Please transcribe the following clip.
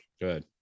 Good